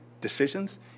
decisions